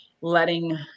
letting